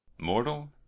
Mortal